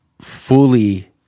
fully